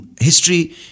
history